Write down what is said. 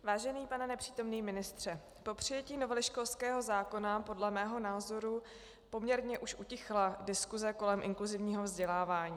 Vážený pane nepřítomný pane ministře, po přijetí novely školského zákona podle mého názoru poměrně už utichla diskuse kolem inkluzivního vzdělávání.